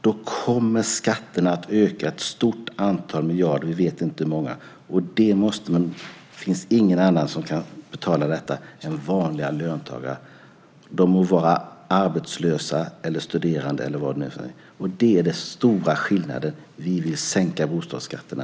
Då kommer skatterna att öka med ett stort antal miljarder. Vi vet inte hur många. Och det finns ingen annan som kan betala det än vanliga löntagare, eller de må vara arbetslösa eller studerande. Det är den stora skillnaden. Vi vill sänka bostadsskatterna.